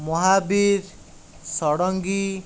Mahavir Sarangi